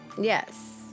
Yes